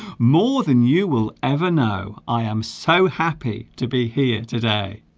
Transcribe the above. more than you will ever know i am so happy to be here today